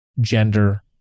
gender